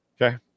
Okay